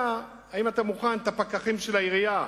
האם אתה מוכן לעזור לנו ולהציב את הפקחים של העירייה,